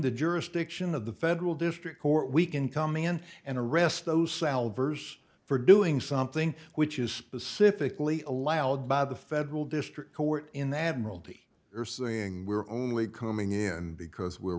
the jurisdiction of the federal district court we can come in and arrest those salvors for doing something which is specifically allowed by the federal district court in the admiralty are saying we're only coming in because we're